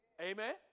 Amen